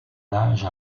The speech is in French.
linge